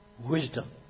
wisdom